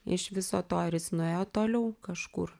iš viso to ar jis nuėjo toliau kažkur